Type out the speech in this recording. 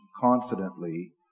confidently